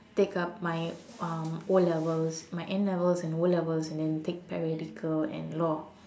take up my um O-levels my N-levels and O-levels and then take paralegal and law